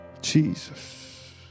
Jesus